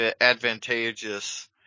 advantageous